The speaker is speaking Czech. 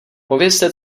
povězte